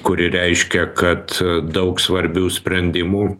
kuri reiškia kad daug svarbių sprendimų